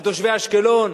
על תושבי אשקלון?